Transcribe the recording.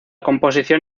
composición